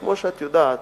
כמו שאת יודעת,